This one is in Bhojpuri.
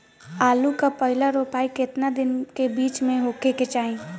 आलू क पहिला रोपाई केतना दिन के बिच में होखे के चाही?